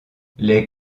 les